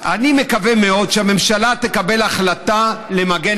אני מקווה מאוד שהממשלה תקבל החלטה למגן